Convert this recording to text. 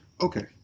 Okay